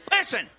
Listen